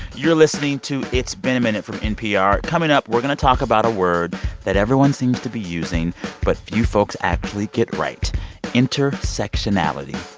you're listening to it's been a minute from npr. coming up, we're going to talk about a word that everyone seems to be using but few folks actually get right intersectionality.